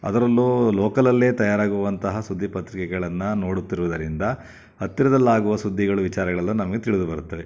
ಅದರಲ್ಲೂ ಲೋಕಲಲ್ಲೇ ತಯಾರಾಗುವಂತಹ ಸುದ್ದಿ ಪತ್ರಿಕೆಗಳನ್ನು ನೋಡುತ್ತಿರುವುದರಿಂದ ಹತ್ತಿರದಲ್ಲಾಗುವ ಸುದ್ದಿಗಳು ವಿಚಾರಗಳೆಲ್ಲ ನಮಗೆ ತಿಳಿದು ಬರುತ್ತದೆ